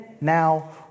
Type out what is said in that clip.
now